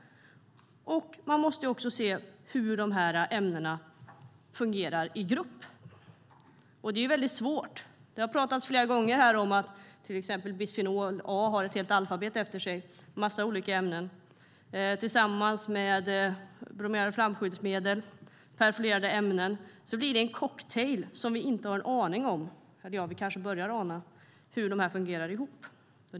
Man måste också se hur ämnena fungerar i grupp. Det är väldigt svårt. Det har pratats flera gånger här om att till exempel bisfenol A har ett helt alfabet efter sig. Det är en massa olika ämnen. Tillsammans med bromerade flamskyddsmedel och perfluorerade ämnen blir det en cocktail där vi inte har en aning om hur ämnena fungerar ihop - eller vi kanske börjar ana det.